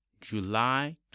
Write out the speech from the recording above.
July